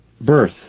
Birth